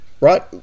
Right